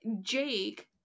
Jake